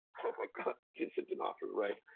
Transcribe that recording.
like ah but vincent d'onofrio, right?